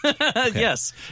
yes